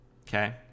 okay